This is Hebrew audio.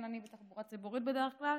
כן, אני בתחבורה ציבורית בדרך כלל,